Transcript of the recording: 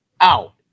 out